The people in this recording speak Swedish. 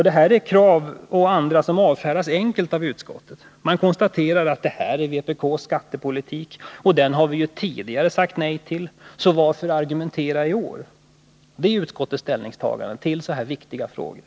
Dessa krav, och andra, avfärdas enkelt av skatteutskottet. Man konstaterar: Det här är vpk:s skattepolitik, och den har vi ju tidigare sagt nej till, så varför argumentera i år? Det är utskottets ställningstagande till så här viktiga frågor.